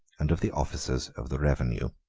and of the officers of the revenue.